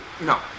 No